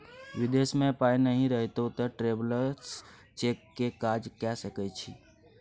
विदेश मे पाय नहि रहितौ तँ ट्रैवेलर्स चेक पर काज कए सकैत छी